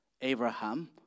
Abraham